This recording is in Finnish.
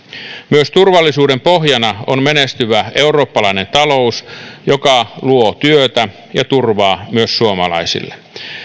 myös turvallisuuden pohjana on menestyvä eurooppalainen talous joka luo työtä ja turvaa myös suomalaisille